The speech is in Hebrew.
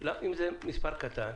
אם זה מספר קטן